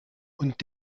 und